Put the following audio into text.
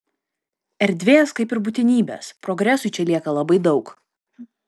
erdvės kaip ir būtinybės progresui čia lieka labai daug